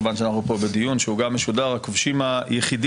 כיוון שאנחנו פה בדיון שהוא גם משודר: הכובשים היחידים